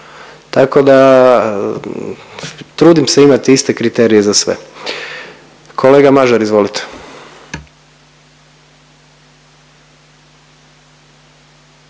Tako da trudim se imat iste kriterije za sve. Kolega Mažar izvolite.